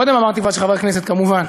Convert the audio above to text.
אמרתי כבר קודם חברי הכנסת, כמובן.